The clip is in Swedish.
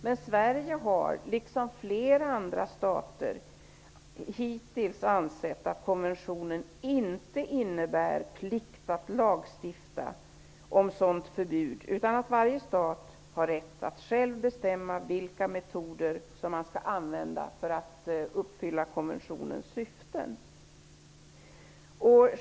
Men Sverige har liksom flera andra stater hittills ansett att konventionen inte innebär plikt att lagstifta om sådant förbud utan att varje stat har rätt att själv bestämma vilka metoder man skall använda för att fullgöra konventionens syfte.